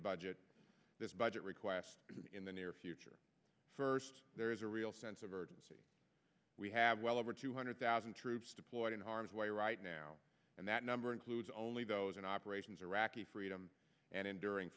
budget this budget request in the near future first there is a real sense of urgency we have well over two hundred thousand troops deployed in harm's way right now and that number includes only those in operations iraqi freedom and enduring